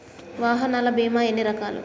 వాహనాల బీమా ఎన్ని రకాలు?